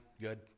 good